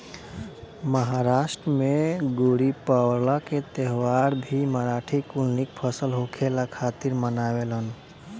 महाराष्ट्र में गुड़ीपड़वा के त्यौहार भी मराठी कुल निक फसल होखला खातिर मनावेलन